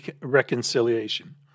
reconciliation